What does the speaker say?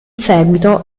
seguito